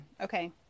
okay